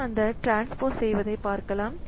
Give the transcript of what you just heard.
நாம் அந்த டிரான்ஸ்போஸ் செய்வதை பார்க்கலாம்